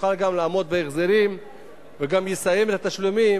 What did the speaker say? שיוכל גם לעמוד בהחזרים וגם יסיים את התשלומים,